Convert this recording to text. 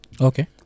Okay